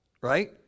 right